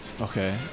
Okay